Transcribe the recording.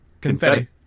confetti